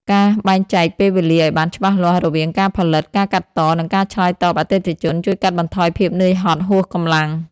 ការបែងចែកពេលវេលាឱ្យបានច្បាស់លាស់រវាងការផលិត ការកាត់ត និងការឆ្លើយតបអតិថិជន ជួយកាត់បន្ថយភាពនឿយហត់ហួសកម្លាំង។